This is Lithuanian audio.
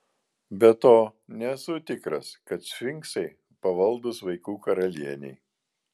be to nesu tikras kad sfinksai pavaldūs vaikų karalienei